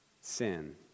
sin